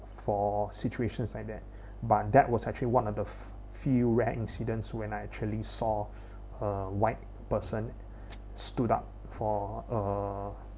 for situations like that but that was actually one of the few rare incidents when I actually saw a white person stood up for uh